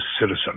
Citizen